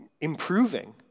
improving